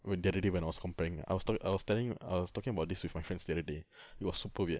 when the other day when I was comparing I was talking I was telling I was talking about this with my friends the other day it was super weird